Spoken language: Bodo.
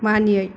मानियै